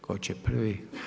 Tko će prvi?